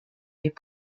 les